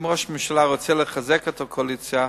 אם ראש הממשלה רוצה לחזק את הקואליציה,